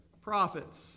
prophets